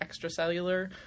extracellular